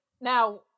now